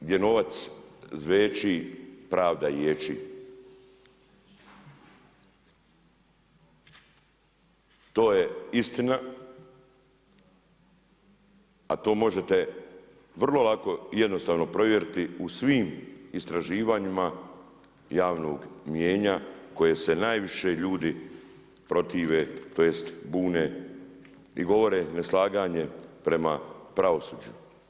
Gdje novac zveči, pravda ječi.“ To je istina a to možete vrlo lako i jednostavno provjeriti u svim istraživanjima javnog mnijenja koje se najviše protivi tj. buni i govori, a to je neslaganje prema pravosuđu.